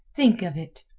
think of it!